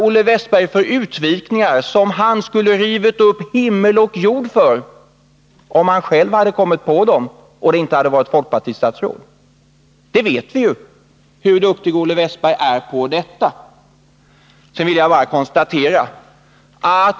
Olle Wästberg skulle ha rivit upp himmel och jord för dessa affärer — hur duktig Olle Wästberg är på det vet vi ju — om han själv kommit på dem och om de inte hade gällt folkpartistatsråd.